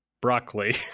Broccoli